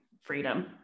freedom